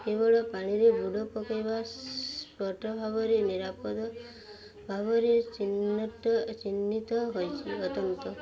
କେବଳ ପାଣିରେ ଗୁଡ଼ ପକେଇବା ସ୍ପଟ ଭାବରେ ନିରାପଦ ଭାବରେ ଚିହ୍ନଟ ଚିହ୍ନିତ ହୋଇଛି